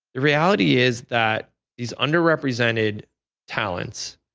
reality is that these underrepresented talents,